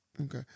Okay